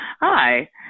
Hi